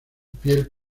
piel